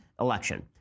election